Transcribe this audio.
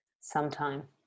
Sometime